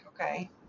Okay